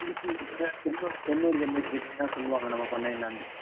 திருச்சிக் கிட்டக்க தெண்ணூர் தெண்ணூர் பண்ணைன்னு கேட்டீங்கன்னால் சொல்லுவாங்கள் நம்ம பண்ணை என்னான்டு